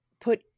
put